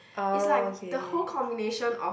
it's like the whole combination of